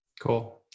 Cool